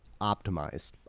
optimized